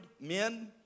men